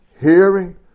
hearing